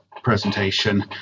presentation